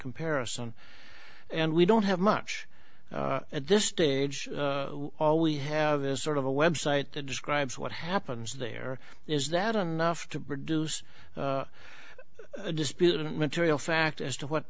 comparison and we don't have much at this stage all we have this sort of a website that describes what happens there is that enough to produce a disputed material fact as to what